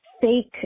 fake